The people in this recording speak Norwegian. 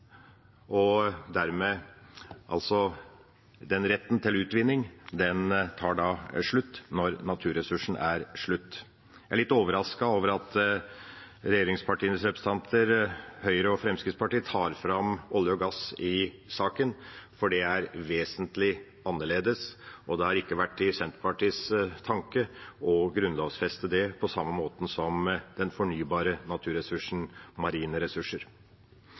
og den retten til utvinning som tar slutt når naturressursen tar slutt. Jeg er litt overrasket over at regjeringspartienes representanter fra Høyre og Fremskrittspartiet tar fram olje og gass i saken, for det er vesentlig annerledes, og det har ikke vært Senterpartiets tanke å grunnlovfeste det på samme måte som de fornybare marine